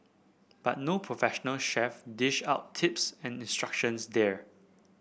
but no professional chef dish out tips and instructions there